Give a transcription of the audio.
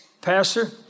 pastor